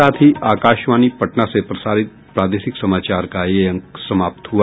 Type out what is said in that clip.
इसके साथ ही आकाशवाणी पटना से प्रसारित प्रादेशिक समाचार का ये अंक समाप्त हुआ